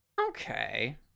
Okay